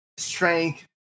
strength